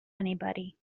anybody